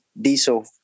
diesel